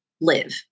live